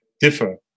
differ